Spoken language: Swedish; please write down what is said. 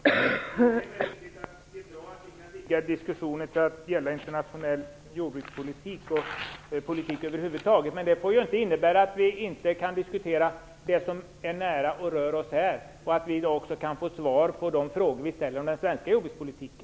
Fru talman! Det är bra att vi kan vidga diskussionen till att gälla internationell jordbrukspolitik och politik över huvud taget. Men det får inte innebära att vi inte kan diskutera det som är nära och som rör oss här. Vi skall i dag också kunna få svar på de frågor vi ställer om den svenska jordbrukspolitiken.